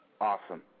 Awesome